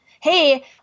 Hey –